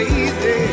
easy